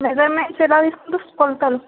measurements ఎలా తీసుకుంటారు కొలతలు